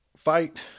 Fight